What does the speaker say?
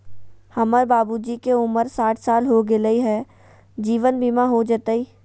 हमर बाबूजी के उमर साठ साल हो गैलई ह, जीवन बीमा हो जैतई?